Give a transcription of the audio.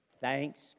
Thanks